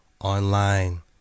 online